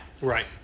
Right